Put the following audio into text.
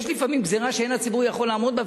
יש לפעמים גזירה שאין הציבור יכול לעמוד בה,